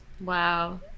Wow